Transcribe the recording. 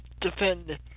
defend